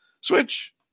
switch